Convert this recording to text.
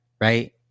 Right